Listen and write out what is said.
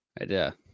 Idea